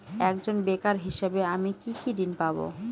একজন বেকার হিসেবে আমি কি কি ঋণ পাব?